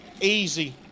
Easy